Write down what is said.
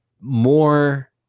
more